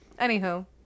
Anywho